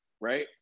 Right